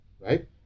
Right